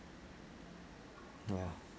ya